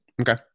okay